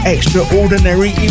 Extraordinary